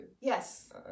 yes